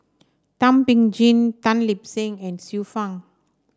Thum Ping Tjin Tan Lip Seng and Xiu Fang